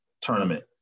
tournament